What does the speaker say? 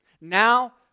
Now